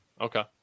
Okay